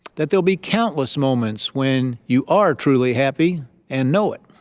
that there'll be countless moments when you are truly happy and know it.